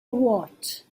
what